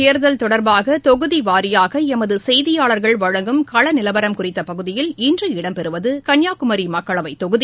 தேர்தல் தொடர்பாகதொகுதிவாரியாகளமதுசெய்தியாளர்கள் மக்களவைத் வழங்கும் களநிலவரம்குறித்தபகுதியில் இன்று இடம்பெறுவதுகள்ளியாகுமரிமக்களவைத் தொகுதி